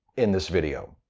in this video.